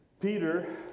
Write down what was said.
Peter